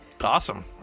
Awesome